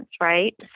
right